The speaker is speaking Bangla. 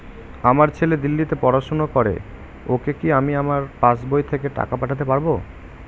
আমার ছেলে দিল্লীতে পড়াশোনা করে ওকে কি আমি আমার পাসবই থেকে টাকা পাঠাতে পারব?